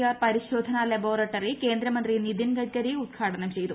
R പരിശോധന laboratory കേന്ദ്രമന്ത്രി നിതിൻ ഗഡ്ഗരി ഉദ്ഘാടനം ചെയ്തു